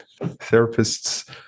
therapists